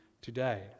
today